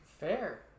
Fair